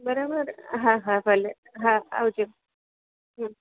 બરાબર હા હા ભલે હા આવજો હૂં